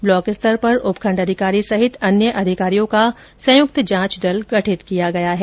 block स्तर पर उपखंड अधिकारी समेत अन्य अधिकारियों का संयुक्त जांच दल गठित किया गया है